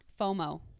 FOMO